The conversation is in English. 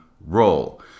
roll